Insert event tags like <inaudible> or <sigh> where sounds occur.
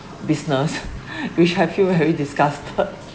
business <laughs> which I feel very disgusted <laughs>